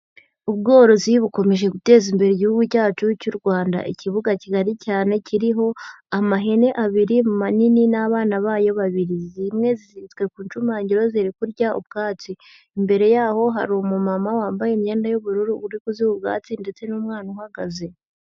Ubworozi bukomeje guteza imbere igihugu cyacu cy’u Rwanda. Ikibuga kigari cyane kiriho amahene abiri manini n’abana bayo babiri, zimwe ziziritswe ku ncumagiro, ziri kurya ubwatsi. Imbere y’aho, hari umumama wambaye imyenda y’ubururu uri kuziha bwatsi, ndetse n’umwana uhagaze.